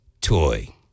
toy